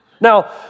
Now